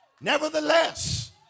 Nevertheless